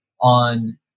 on